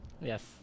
yes